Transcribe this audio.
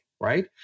right